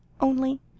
Only—